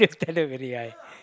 hello very high